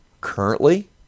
currently